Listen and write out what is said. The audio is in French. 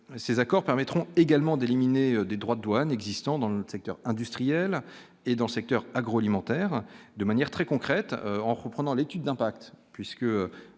ces accords permettront également d'éliminer des droits de douane existant dans le secteur industriel et dans secteur agro-alimentaire de manière très concrète en reprenant l'étude d'impact